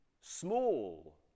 small